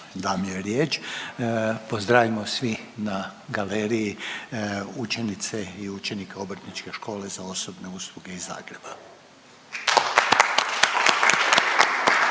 dam joj riječ pozdravimo svi na galeriji učenice i učenike Obrtničke škole za osobne usluge iz Zagreba.